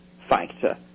factor